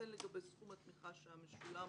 וכן לגבי סכום התמיכה שהיה משולם,